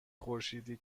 خورشیدی